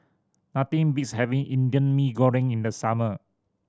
nothing beats having Indian Mee Goreng in the summer